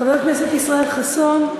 חבר הכנסת ישראל חסון,